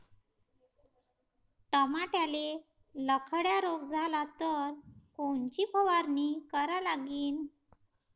टमाट्याले लखड्या रोग झाला तर कोनची फवारणी करा लागीन?